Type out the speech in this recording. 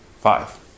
five